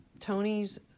Tony's